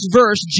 verse